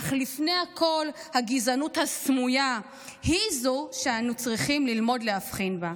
אך לפני הכול הגזענות הסמויה היא זו שאנו צריכים ללמוד להבחין בה: